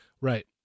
Right